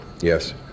Yes